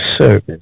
service